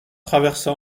traversa